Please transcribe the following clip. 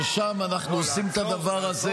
ששם אנחנו עושים את הדבר הזה.